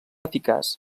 eficaç